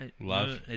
love